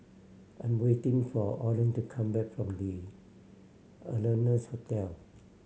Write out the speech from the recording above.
I'm waiting for Orland to come back from The Ardennes Hotel